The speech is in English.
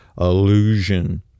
illusion